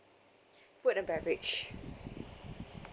food and beverage